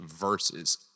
versus